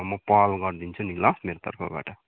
म पहल गरिदिन्छु नि ल मेरो तर्फबाट